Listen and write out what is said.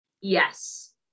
Yes